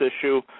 issue